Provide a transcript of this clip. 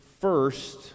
first